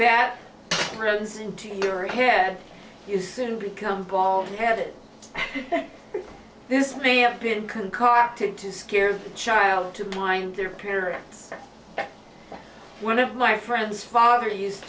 that runs into your head you soon become bald headed this may have been concocted to scare the child to find their parents but one of my friend's father used